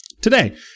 Today